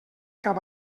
cap